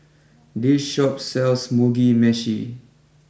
this Shop sells Mugi Meshi